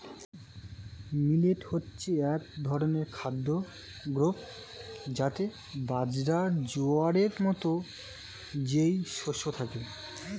millet হচ্ছে এক ধরনের খাদ্য গ্রূপ যাতে বাজরা, জোয়ারের মতো যেই শস্য থাকে